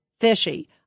fishy